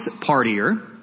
partier